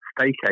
staycation